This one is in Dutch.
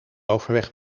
overweg